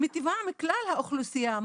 שמיטיבה עם כלל האוכלוסייה,